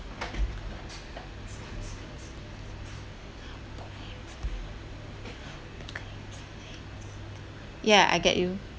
yeah I get you